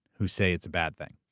who say it's a bad thing.